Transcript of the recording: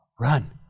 Run